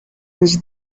was